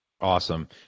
awesome